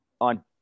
on